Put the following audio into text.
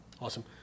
Awesome